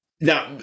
Now